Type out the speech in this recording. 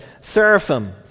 Seraphim